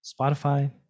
Spotify